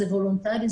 זה וולונטרי,